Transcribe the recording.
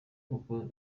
kuko